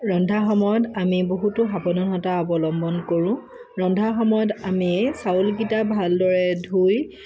ৰন্ধা সময়ত আমি বহুতো সাৱধানতা অৱলম্বন কৰোঁ ৰন্ধা সময়ত আমি চাউলকেইটা ভালদৰে ধুই